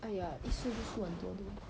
!aiya! 一输就输很多 lor